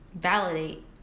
validate